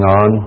on